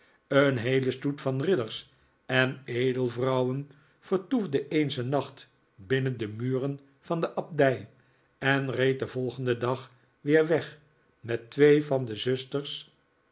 een heele stoet van ridders en edelvrouwen vertoefde eens een nacht binnen de muren van de abdij en reed den volgenden dag weer weg met twee van de zusters